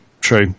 true